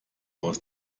aus